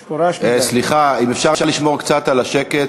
יש פה רעש מדי, סליחה, אם אפשר לשמור קצת על השקט.